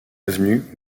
avenue